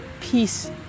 peace